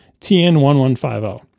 tn1150